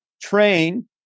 train